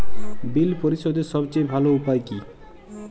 বিল পরিশোধের সবচেয়ে ভালো উপায় কী?